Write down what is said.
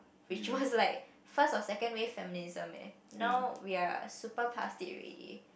which was like first or second wave feminism eh now we are super past it already